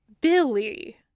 Billy